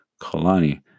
Kalani